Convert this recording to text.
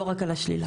לא רק על השלילה.